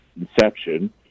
inception